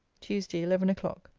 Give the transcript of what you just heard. tuesday, eleven o'clock.